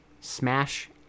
Smash